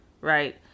Right